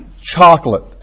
chocolate